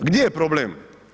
Gdje je problem?